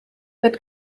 wird